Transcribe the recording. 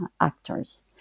actors